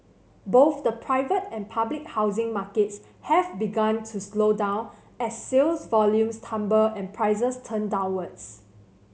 both the private and public housing markets have begun to slow down as sales volumes tumble and prices turn downwards